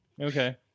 Okay